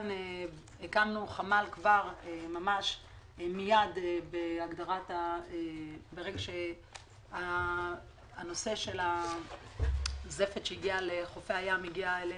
הקמנו חמ"ל מיד כאשר הנושא של הזפת שהגיע לחופי הים הגיע אלינו.